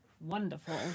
wonderful